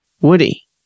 Woody